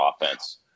offense